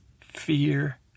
fear